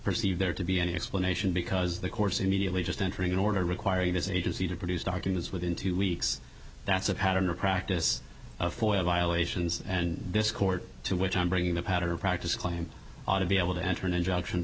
perceive there to be any explanation because the course immediately just entering an order requiring his agency to produce documents within two weeks that's a pattern or practice of foil violations and this court to which i'm bringing the pattern of practice claim to be able to enter an injunction